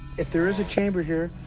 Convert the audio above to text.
if there is a chamber here,